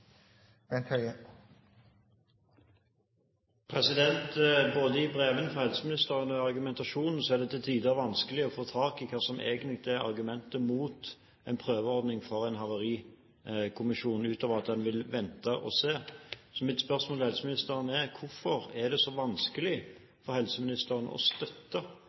nødvendighet. Både i brevene fra helseministeren og i argumentasjonen er det til tider vanskelig å få tak i hva som egentlig er argumentet mot en prøveordning med en havarikommisjon, utover at en vil vente og se. Så mitt spørsmål er: Hvorfor er det så vanskelig for helseministeren å støtte